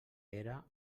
era